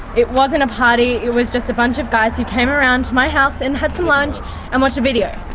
it wasn't a party, it was just a bunch of guys who came around to my house and had some lunch and watched a video.